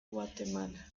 guatemala